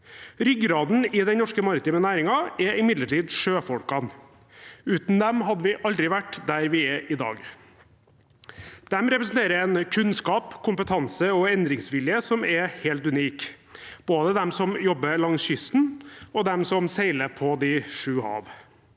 Ryggraden i den norske maritime næringen er imidlertid sjøfolkene. Uten dem hadde vi aldri vært der vi er i dag. De representerer en kunnskap, kompetanse og endringsvilje som er helt unik, og det gjelder både de som jobber langs kysten og de som seiler på de sju hav.